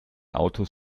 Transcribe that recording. autos